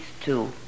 two